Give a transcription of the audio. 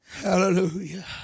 Hallelujah